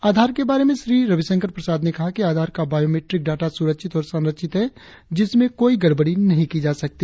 आधार के बारे में श्री रविशंकर प्रसाद ने कहा कि आधार का बायोमीट्रिक डाटा सुरक्षित और संरक्षित है जिसमें कोई गड़बड़ी नही की जा सकती